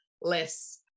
less